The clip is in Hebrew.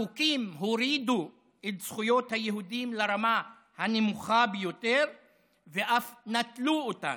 החוקים הורידו את זכויות היהודים לרמה הנמוכה ביותר ואף נטלו אותן.